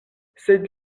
sed